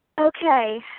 Okay